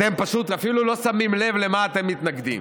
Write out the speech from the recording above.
אתם פשוט אפילו לא שמים לב למה אתם מתנגדים.